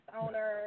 owner